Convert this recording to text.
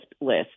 list